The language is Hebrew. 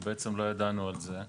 ושבעצם לא ידענו על זה.